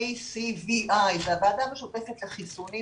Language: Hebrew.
JCVI, הוועדה המשותפת לחיסונים